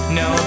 no